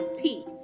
Peace